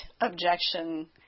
objection